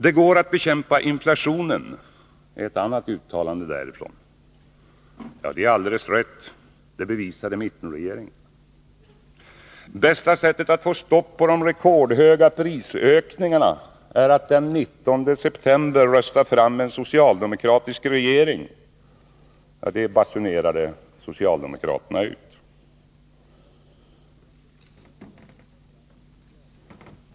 Det går att bekämpa inflationen, är ett annat uttalande därifrån. Ja, det är alldeles rätt. Det bevisade mittenregeringen. Det bästa sättet att få stopp på de rekordhöga prisökningarna är att den 19 september rösta fram en socialdemokratisk regering. — Det basunerade socialdemokraterna ut.